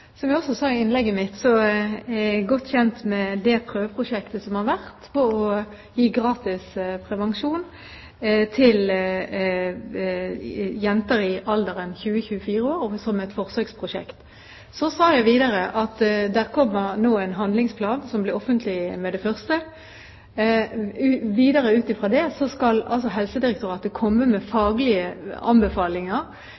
Som jeg også sa i innlegget mitt, er jeg godt kjent med det prøveprosjektet som har vært, om å gi gratis prevensjon til jenter i alderen 20–24 år. Så sa jeg videre at det kommer en handlingsplan som blir offentlig med det første. Helsedirektoratet skal komme med